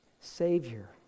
Savior